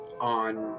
on